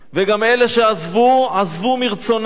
וגם אלה שעזבו, עזבו מרצונם,